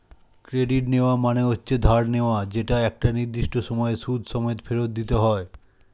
credit নেওয়া মানে হচ্ছে ধার নেওয়া যেটা একটা নির্দিষ্ট সময়ে সুদ সমেত ফেরত দিতে হয়